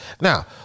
now